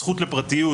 הזכות לפרטיות,